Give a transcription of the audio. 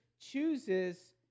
chooses